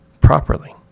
properly